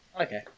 Okay